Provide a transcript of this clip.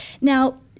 Now